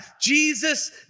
Jesus